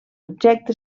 objecte